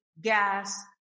gas